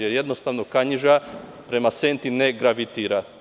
Jednostavno, Kanjiža prema Senti ne gravitira.